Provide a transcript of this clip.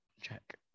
check